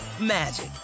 magic